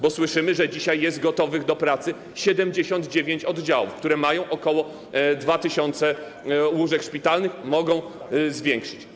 Bo słyszymy, że dzisiaj jest gotowych do pracy 79 oddziałów, które mają ok. 2 tys. łóżek szpitalnych, mogą to zwiększyć.